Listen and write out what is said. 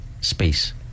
space